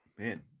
Man